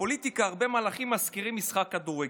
בפוליטיקה הרבה מהלכים מזכירים משחק כדורגל: